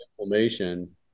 inflammation